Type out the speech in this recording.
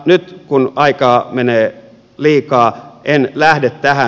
nyt kun aikaa menee liikaa en lähde tähän